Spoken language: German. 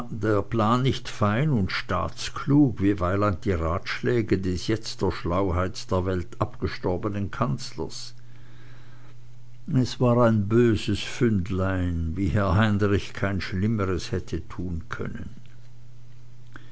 der plan nicht fein und staatsklug wie weiland die ratschläge des jetzt der schlauheit der welt abgestorbenen kanzlers es war ein böses fündlein wie herr heinrich kein schlimmeres hätte tun können